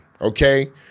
Okay